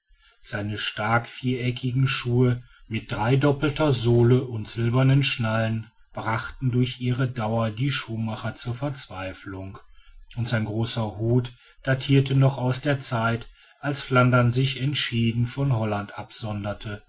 seine starken viereckigen schuhe mit dreidoppelter sohle und silbernen schnallen brachten durch ihre dauer die schuhmacher zur verzweiflung und sein großer hut datirte noch aus der zeit als flandern sich entschieden von holland absonderte